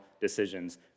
decisions